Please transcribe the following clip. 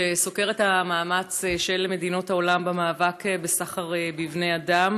שסוקר את המאמץ של מדינות העולם במאבק בסחר בבני אדם.